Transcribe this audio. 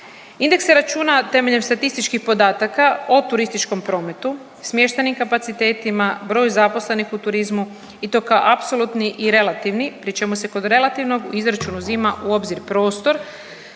Indeks se računa temeljem statističkih podataka o turističkom prometu, smještajnim kapacitetima, broju zaposlenih u turizmu i to kao apsolutni i relativni, pri čemu se kod relativnog izračunu uzima u obzir prostor,